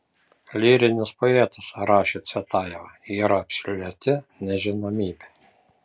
lyrinis poetas rašė cvetajeva yra absoliuti nežinomybė